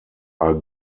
are